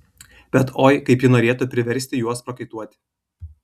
bet oi kaip ji norėtų priversti juos prakaituoti